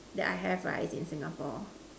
that I have right is in Singapore